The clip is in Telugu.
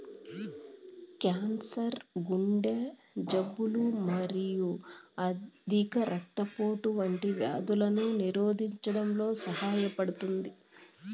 క్యాన్సర్, గుండె జబ్బులు మరియు అధిక రక్తపోటు వంటి వ్యాధులను నిరోధించడంలో సహాయపడతాయి